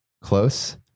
close